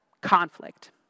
conflict